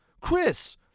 chris